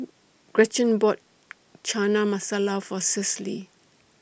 Gretchen bought Chana Masala For Cecily